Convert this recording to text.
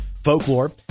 Folklore